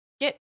get